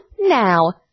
now